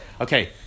okay